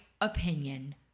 opinion